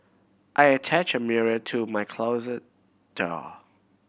I attached a mirror to my closet door